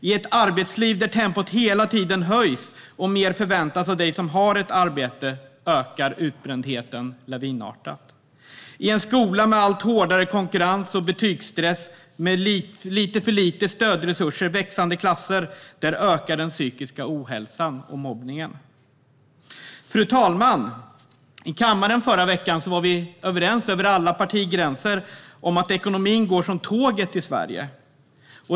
I ett arbetsliv där tempot hela tiden höjs och mer förväntas av dig som har ett arbete ökar utbrändheten lavinartat. I en skola med allt hårdare konkurrens, betygsstress, för lite stödresurser och växande klasser ökar den psykiska ohälsan och mobbningen. Herr talman! I kammaren var vi förra veckan överens över alla partigränser om att ekonomin går som tåget i Sverige.